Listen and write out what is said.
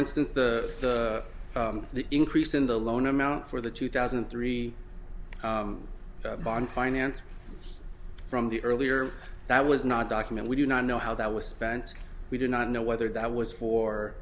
instance the increase in the loan amount for the two thousand and three bond financing from the earlier that was not document we do not know how that was spent we do not know whether that was for